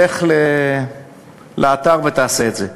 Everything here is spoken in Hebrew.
לך לאתר ותעשה את זה.